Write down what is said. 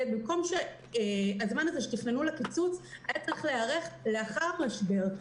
להשקיע את הזמן בתכנון הקיצוץ היה צריך להיערך למצב שיהיה לאחר המשבר.